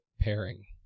pairing